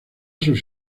sus